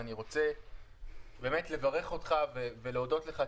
ואני רוצה לברך אותך ולהודות לך,